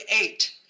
eight